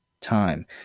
time